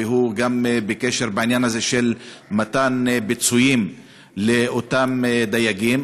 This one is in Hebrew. והוא גם בקשר בעניין הזה של מתן פיצויים לאותם דייגים.